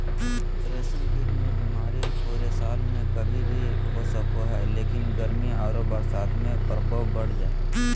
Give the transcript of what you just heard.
रेशम कीट मे बीमारी पूरे साल में कभी भी हो सको हई, लेकिन गर्मी आरो बरसात में प्रकोप बढ़ जा हई